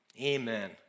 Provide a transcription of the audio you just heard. Amen